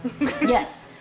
Yes